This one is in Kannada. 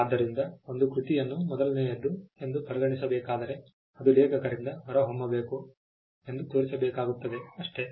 ಆದ್ದರಿಂದ ಒಂದು ಕೃತಿಯನ್ನು ಮೊದಲನೆಯದ್ದು ಎಂದು ಪರಿಗಣಿಸಬೇಕಾದರೆ ಅದು ಲೇಖಕರಿಂದ ಹೊರಹೊಮ್ಮಬೇಕು ಎಂದು ತೋರಿಸಬೇಕಾಗುತ್ತದೆ ಅಷ್ಟೆ